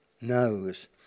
knows